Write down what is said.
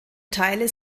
teile